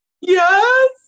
Yes